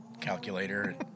calculator